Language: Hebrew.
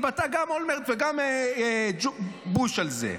גם אולמרט וגם בוש התבטאו על זה,